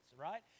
right